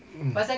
mmhmm